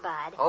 Bud